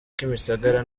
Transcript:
kimisagara